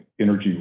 energy